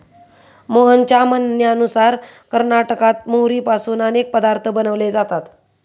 मोहनच्या म्हणण्यानुसार कर्नाटकात मोहरीपासून अनेक पदार्थ बनवले जातात